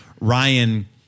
Ryan